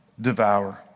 devour